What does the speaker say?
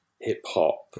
hip-hop